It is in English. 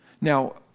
Now